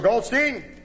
Goldstein